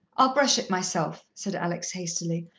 i'll brush it myself, said alex hastily.